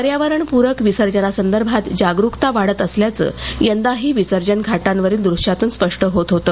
पर्यावरण पुरक विसर्जनासंदर्भात जागरुकता वाढत असल्याचं यंदाही विसर्जन घाटांवरील दृष्यातून स्पष्ट होत होतं